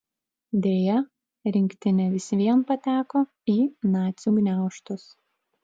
deja rinktinė vis vien pateko į nacių gniaužtus